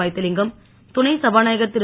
வைத்திலிங்கம் துணை சபாநாயகர் திரு